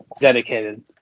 dedicated